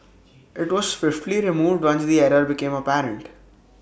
IT was swiftly removed once the error became apparent